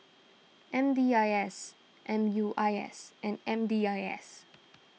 M D I S M U I S and M D I S